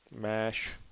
MASH